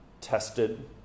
tested